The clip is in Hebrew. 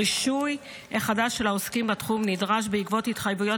הרישוי החדש של העוסקים בתחום נדרש בעקבות התחייבויות